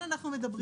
לכן צריך